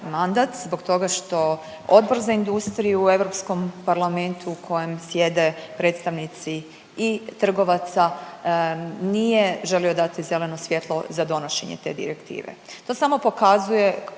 zbog toga što Odbor za industriju u Europskom parlamentu u kojem sjede predstavnici i trgovaca nije želio dati zeleno svjetlo za donošenje te direktive. To samo pokazuje